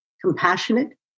compassionate